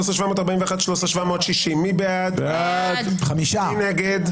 סליחה, לא לדבר עם הח"כים בזמן ההצבעה.